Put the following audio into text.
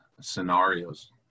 scenarios